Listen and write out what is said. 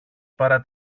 παρά